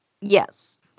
Yes